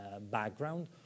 background